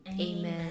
Amen